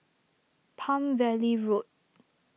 Palm Valley Road